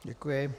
Děkuji.